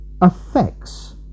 affects